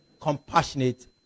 compassionate